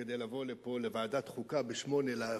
כדי לבוא לפה לוועדת חוקה ב-08:00,